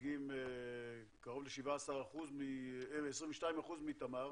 מייצגים קרוב ל-22% מתמר,